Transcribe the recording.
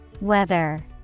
Weather